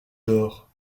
dort